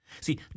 See